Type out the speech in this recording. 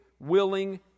willing